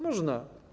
Można.